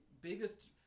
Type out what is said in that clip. biggest